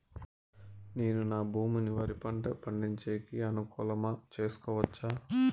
నేను నా భూమిని వరి పంట పండించేకి అనుకూలమా చేసుకోవచ్చా?